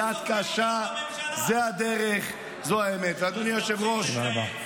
אבל אף אחד לא סופר אותך בממשלה.